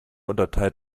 unterteilt